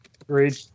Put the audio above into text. Agreed